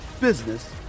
business